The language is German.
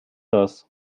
das